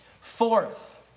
Fourth